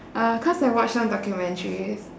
uh cause I watch some documentaries